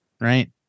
right